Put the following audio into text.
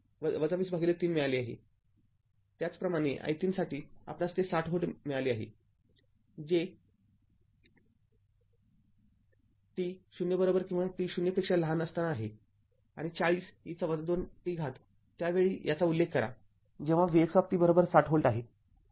त्याचप्रमाणे i३ साठी आपणास ते ६०V मिळाले आहे जे t बरोबर 0आहे आणि ४० e २t त्या वेळी याचा उल्लेख करा जेव्हा vx ६०V आहे